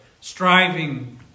striving